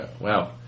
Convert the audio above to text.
wow